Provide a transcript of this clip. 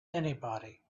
anybody